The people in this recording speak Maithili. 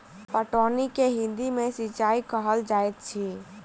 पटौनी के हिंदी मे सिंचाई कहल जाइत अछि